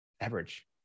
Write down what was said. average